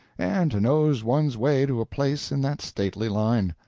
and to nose one's way to a place in that stately line.